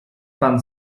pan